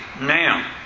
now